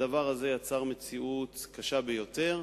הדבר הזה יצר מציאות קשה ביותר.